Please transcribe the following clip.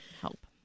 help